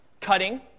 Cutting